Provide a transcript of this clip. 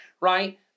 Right